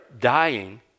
dying